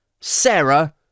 Sarah